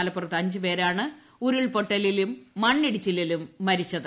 മലപ്പുറത്ത് അഞ്ചു പേരാണ് ഉരുൾപൊട്ടലിലും മണ്ണിടിച്ചിലിലും മരിച്ചത്